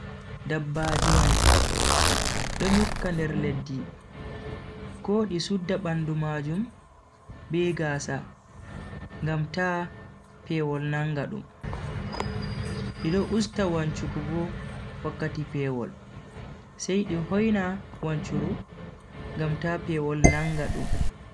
Dabbaji mai do nyukka nder leddi ko di sudda bandu majum be gaasa ngam ta pewol nanga dum, di do usta wanchugo bo wakkati pewol sai di hoina wanchuru ngam ta pewol nanga dum.